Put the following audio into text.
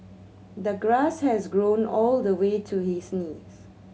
the grass has grown all the way to his knees